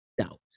Doubt